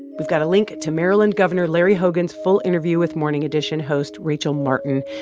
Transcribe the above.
we've got a link to maryland governor larry hogan's full interview with morning edition host rachel martin.